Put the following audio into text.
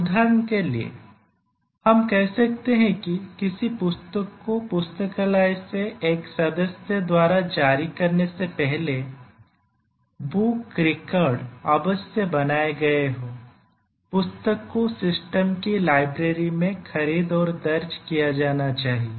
उदाहरण के लिए हम कह सकते हैं कि किसी पुस्तक को पुस्तकालय से एक सदस्य द्वारा जारी करने से पहले बुक रिकॉर्ड अवश्य बनाए गए हो पुस्तक को सिस्टम की लाइब्रेरी में खरीद और दर्ज किया जाना चाहिए